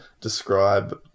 describe